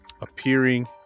appearing